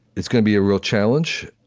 it's gonna be a real challenge,